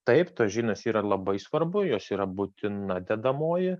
taip tos žinios yra labai svarbu jos yra būtina dedamoji